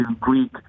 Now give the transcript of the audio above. Greek